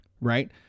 right